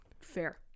Fair